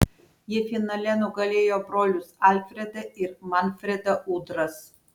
jie finale nugalėjo brolius alfredą ir manfredą udras